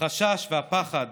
החשש והפחד